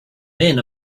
men